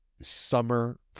Summer